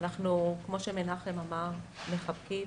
כפי שמנחם אמר, אנחנו מחבקים